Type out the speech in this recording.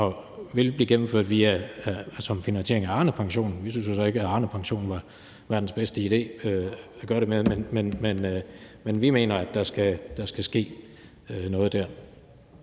og vil blive gennemført som finansiering af Arnepensionen. Vi synes så ikke, at Arnepensionen var verdens bedste idé. Men vi mener, at der skal ske noget der,